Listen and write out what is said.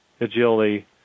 agility